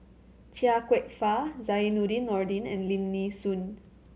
Chia Kwek Fah Zainudin Nordin and Lim Nee Soon